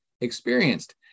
experienced